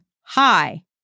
hi